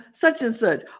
such-and-such